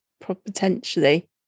potentially